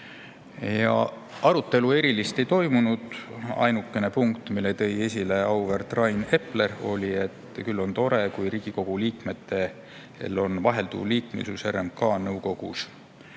arutelu ei toimunud, ainukene punkt, mille tõi esile auväärt Rain Epler, oli, et küll on tore, kui Riigikogu liikmetel on vahelduv liikmesus RMK nõukogus. Selle